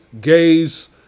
Gay's